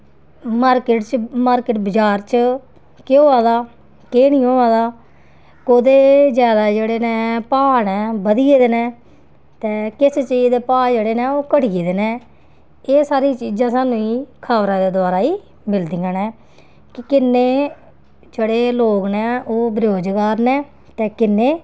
market च market बज़ार च केह् होआ दा केह् नेईंं होआ दा कोह्दे जादा जेह्ड़े न भाऽ ने बधी गेदे न ते किस चीज़ दे भाऽ जेह्ड़े न ओह् घटी गेदे न एह् सारियां चीज़ां सानूं खबरां दे द्वारा गै मिलदियां न कि किन्ने जेह्ड़े लोग न ओह् बेरोज़गार न ते किन्ने